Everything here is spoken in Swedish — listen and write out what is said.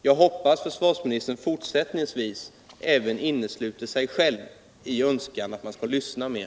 Jag hoppas att försvarsministern fortsättningsvis även innesluter sig själv i önskan att man skall lyssna mer.